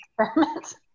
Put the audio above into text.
experiment